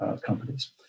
companies